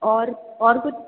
और और कुछ